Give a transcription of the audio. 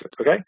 okay